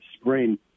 spring